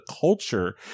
culture